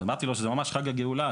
אמרתי לו שזה ממש חג הגאולה,